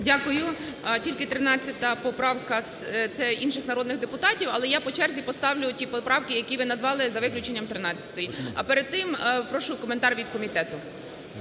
Дякую. Тільки 13 поправка – це інших народних депутатів. Але я по черзі поставлю ті поправки, які ви назвали, за виключенням 13-ї. А перед тим прошу коментар від комітету.